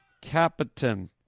captain